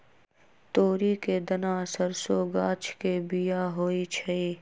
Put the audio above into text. तोरी के दना सरसों गाछ के बिया होइ छइ